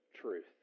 truth